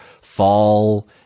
fall